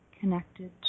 connected